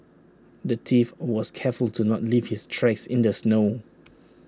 the thief was careful to not leave his tracks in the snow